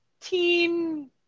teen